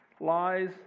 lies